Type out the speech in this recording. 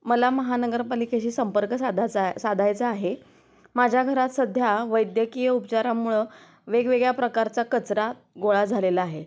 मला महानगरपालिकेशी संपर्क साधायचा साधायचा आहे माझ्या घरात सध्या वैद्यकीय उपचारामुळं वेगवेगळ्या प्रकारचा कचरा गोळा झालेला आहे